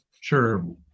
Sure